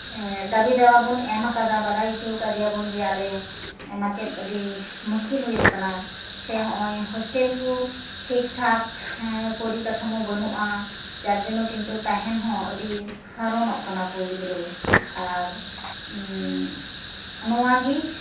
ᱫᱟᱵᱤᱼᱫᱟᱵᱟ ᱵᱚᱱ ᱮᱢᱟᱠᱟᱫᱟ ᱵᱟᱰᱟᱭ ᱚᱪᱚᱣ ᱟᱠᱟᱫᱮᱭᱟ ᱵᱚᱱ ᱡᱮ ᱟᱞᱮ ᱢᱟᱪᱮᱫ ᱟᱹᱰᱤ ᱢᱩᱥᱠᱤᱞ ᱦᱩᱭᱩᱜ ᱠᱟᱱᱟ ᱥᱮ ᱦᱚᱸᱜᱼᱚᱭ ᱦᱳᱥᱴᱮᱹᱞ ᱠᱚ ᱴᱷᱤᱠᱴᱷᱟᱠ ᱯᱚᱨᱤᱠᱟᱴᱷᱟᱢᱳ ᱵᱟᱹᱱᱩᱜᱼᱟ ᱡᱟᱨ ᱡᱚᱱᱱᱚ ᱠᱤᱱᱛᱩ ᱛᱟᱦᱮᱱ ᱦᱚᱸ ᱟᱹᱰᱤ ᱦᱟᱨᱚᱱᱚᱜ ᱠᱟᱱᱟᱠᱚ ᱜᱤᱫᱽᱨᱟᱹ ᱟᱨ ᱱᱚᱣᱟᱜᱮ